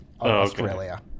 Australia